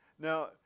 Now